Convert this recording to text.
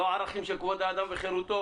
לא ערכים של כבוד האדם וחירותו,